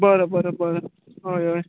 बरें बरें बरें हय हय